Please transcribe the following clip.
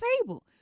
table